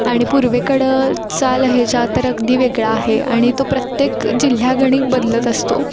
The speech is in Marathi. आणि पूर्वेकडचा लहेजा तर अगदी वेगळा आहे आणि तो प्रत्येक जिल्ह्यागणिक बदलत असतो